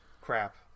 crap